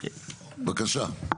בבקשה.